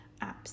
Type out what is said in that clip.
apps